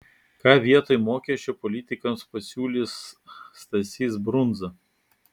ką vietoj mokesčio politikams pasiūlys stasys brundza